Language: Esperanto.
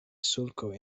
sulko